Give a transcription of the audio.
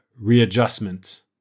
readjustment